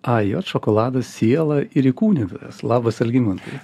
ajot šokolado siela ir įkūnytojas labas algimantai